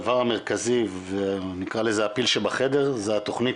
הדבר המרכזי ונקרא לזה 'הפיל שבחדר' זה התוכנית